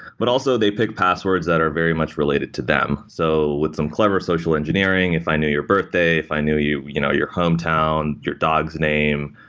but also, they pick passwords that are very much related to them. so with some clever social engineering, if i knew your birthday, if i knew you know your hometown, your dog's name,